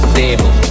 table